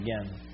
again